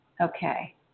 Okay